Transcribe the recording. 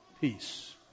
peace